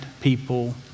people